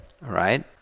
right